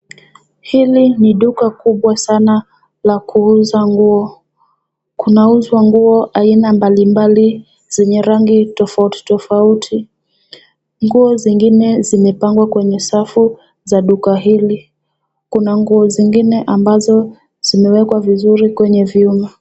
Hili ni duka kubwa sana la kuuza nguo. Kunauzwa nguo aina mbalimbali zenye rangi tofauti tofauti. Nguo zingine zimepangwa kwenye safu za duka hili. Kuna nguo zingine ambazo zimewekwa vizuri kwenye vyuma.